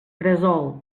cresol